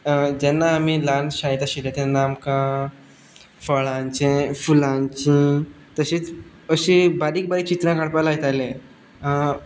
जेन्ना आमी ल्हान शाळेंत आशिल्ले तेन्ना आमकां फळांचीं फुलांचीं तशींच अशीं बारीक बारीक चित्रां काडपा लायताले